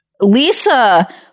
Lisa